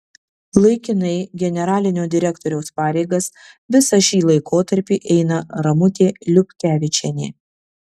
laikinai generalinio direktoriaus pareigas visą šį laikotarpį eina ramutė liupkevičienė